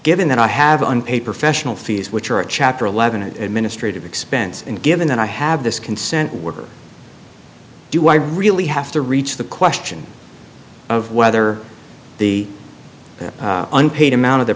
given that i haven't paid professional fees which are a chapter eleven administrative expense and given that i have this consent worker do i really have to reach the question of whether the unpaid amount of the